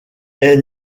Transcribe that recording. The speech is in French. est